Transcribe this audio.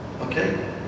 Okay